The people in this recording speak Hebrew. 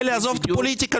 עזוב אותי פוליטיקה,